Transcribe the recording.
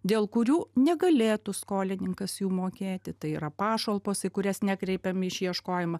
dėl kurių negalėtų skolininkas jų mokėti tai yra pašalpos į kurias nekreipiam išieškojimą